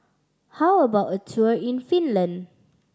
how about a tour in Finland